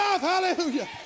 Hallelujah